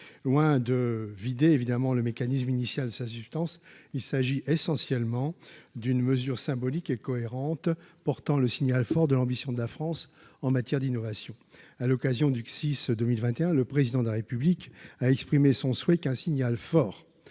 loin de vider évidemment le mécanisme initial sa substance, il s'agit essentiellement d'une mesure symbolique et cohérente, portant le signal fort de l'ambition de la France en matière d'innovation à l'occasion du CSIS, 2021, le président de la République a exprimé son souhait qu'un signal fort